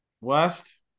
West